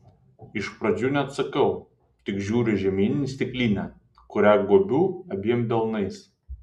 iš pradžių neatsakau tik žiūriu žemyn į stiklinę kurią gobiu abiem delnais